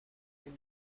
این